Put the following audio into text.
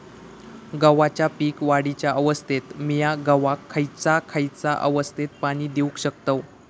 गव्हाच्या पीक वाढीच्या अवस्थेत मिया गव्हाक खैयचा खैयचा अवस्थेत पाणी देउक शकताव?